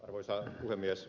arvoisa puhemies